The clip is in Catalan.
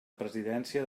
presidència